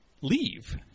leave